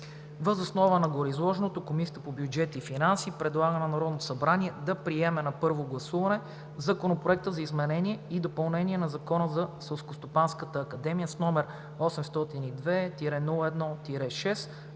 Въз основа на гореизложеното Комисията по бюджет и финанси предлага на Народното събрание да приеме на първо гласуване Законопроект за изменение и допълнение на Закона за Селскостопанската академия, № 802-01-6,